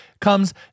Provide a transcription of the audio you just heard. comes